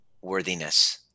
worthiness